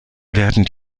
werden